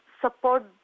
support